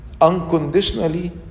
unconditionally